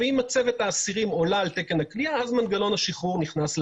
ואם מצבת האסירים עולה על תקן הכליאה אז מנגנון השחרור נכנס לפעולה.